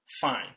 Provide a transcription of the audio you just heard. Fine